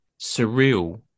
surreal